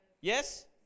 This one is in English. Yes